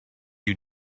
you